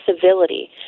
civility